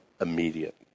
immediate